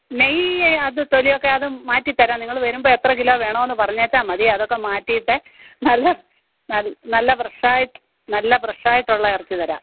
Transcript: നെയ്യ് അത് തൊലിയൊക്കെ അത് മാറ്റിത്തരാം നിങ്ങൾ വരുമ്പോൾ എത്ര കിലോ വേണമെന്ന് പറഞ്ഞേച്ചാൽ മതി അതൊക്കെ മാറ്റീട്ട് നല്ല നല്ല ഫ്രഷായിട്ട് നല്ല ഫ്രഷായിട്ടുള്ള ഇറച്ചി തരാം